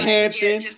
Hampton